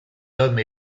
l’homme